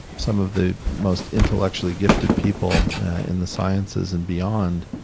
some of the most intellectually gifted people in the sciences and beyond,